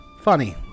funny